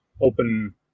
open